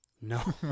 No